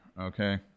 Okay